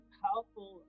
powerful